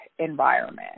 Environment